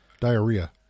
Diarrhea